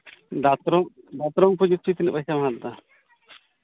ᱫᱟᱛᱨᱚᱢ ᱫᱟᱛᱨᱚᱢ ᱠᱚ ᱡᱩᱛ ᱦᱚᱪᱚᱭ ᱛᱤᱱᱟᱹᱜ ᱯᱚᱭᱥᱟᱢ ᱦᱟᱛᱟᱣᱫᱟ